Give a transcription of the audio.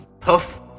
tough